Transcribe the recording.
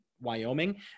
wyoming